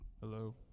Hello